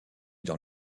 dans